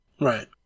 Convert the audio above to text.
right